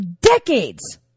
decades